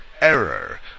error